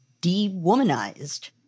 de-womanized